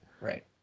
Right